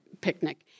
picnic